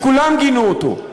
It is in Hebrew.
שכולם גינו אותו.